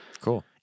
Cool